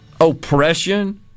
oppression